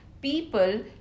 people